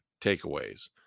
takeaways